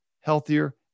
healthier